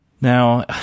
Now